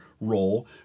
role